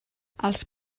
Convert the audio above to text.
als